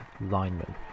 lineman